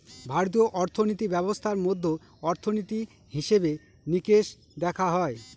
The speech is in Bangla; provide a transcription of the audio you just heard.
ভারতীয় অর্থিনীতি ব্যবস্থার মধ্যে অর্থনীতি, হিসেবে নিকেশ দেখা হয়